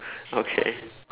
okay